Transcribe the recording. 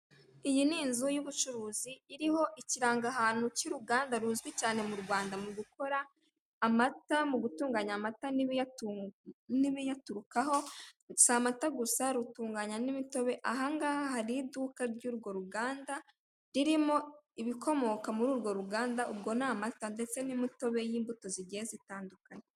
Iyi ni inzu y'ubucuruzi iriho ikirangahantu cy'uruganda ruzwi cyane mu Rwanda mu gukora amata, mu gutunganya amata n'ibiyaturukaho, si amata gusa, rutunganya n'imitobe, aha ngaha hari iduka ry'urwo ruganda, ririmo ibikomoka muri urwo ruganda, ubwo ni amata ndetse n'imitobe y'imbuto zigiye zitandukanye.